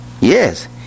Yes